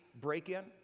break-in